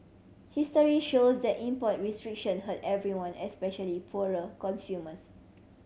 history shows that import restriction hurt everyone especially poorer consumers